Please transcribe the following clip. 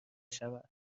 شود